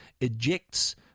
ejects